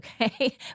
Okay